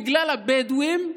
בגלל הבדואים,